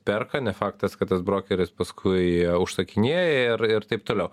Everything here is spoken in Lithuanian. perka ne faktas kad tas brokeris paskui užsakinėja ir ir taip toliau